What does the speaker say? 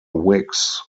wicks